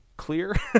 clear